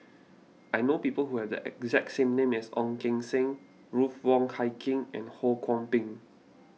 I know people who have the exact name as Ong Keng Sen Ruth Wong Hie King and Ho Kwon Ping